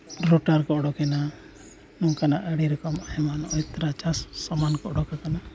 ᱨᱩᱴᱟᱨ ᱠᱚ ᱚᱰᱳᱠᱮᱱᱟ ᱱᱚᱝᱠᱟᱱᱟᱜ ᱟᱹᱰᱤ ᱨᱚᱠᱚᱢ ᱟᱭᱢᱟ ᱱᱚᱜᱼᱚᱸᱭ ᱛᱚᱨᱟ ᱪᱟᱥ ᱥᱟᱢᱟᱱ ᱠᱚ ᱚᱰᱳᱠ ᱟᱠᱟᱱᱟ